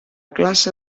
classe